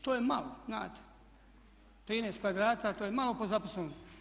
To je malo znate, 13 kvadrata to je malo po zaposlenom.